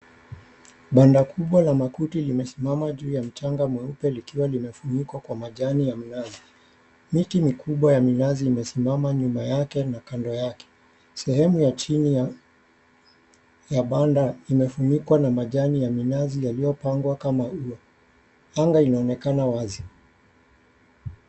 Banda kubwa la makuti limesimama juu ya mchanga mweupe likiwa limefunikwa kwa majani ya mnazi. Miti mikubwa ya minazi imesimama nyuma yake na kando yake. Sehemu ya chini ya banda imefunikwa na majani ya minazi yaliyopangwa kama ua. Anga inaonekana wazi.